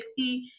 60